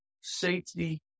safety